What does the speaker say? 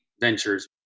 ventures